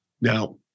Now